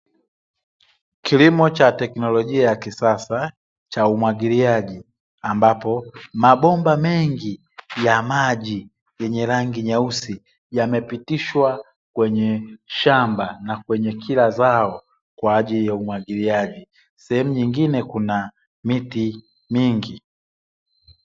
Kilimo cha teknolojia ya kisasa cha umwagiliaji ambapo, mabomba mengi ya maji yenye rangi nyeusi yamepitishwa kwenye shamba na kwenye kila zao kwaajili ya umwagiliaji; sehemu nyingine kuna miti mingi.